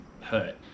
hurt